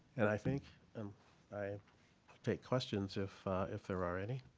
and i think and i take questions if if there are any.